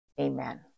Amen